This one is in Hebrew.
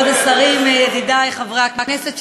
הצעת חוק ההוצאה לפועל (תיקון מס' 47 והוראת